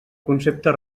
concepte